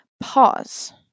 pause